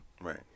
Right